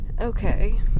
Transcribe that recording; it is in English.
okay